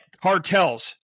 cartels